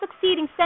succeeding